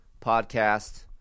podcast